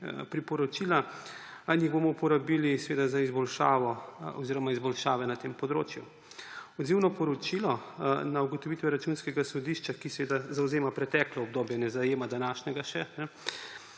priporočila in jih bomo uporabili seveda za izboljšavo oziroma izboljšave na tem področju. Odzivno poročilo na ugotovitve Računskega sodišča, ki zavzema preteklo obdobje, še ne zajema današnjega,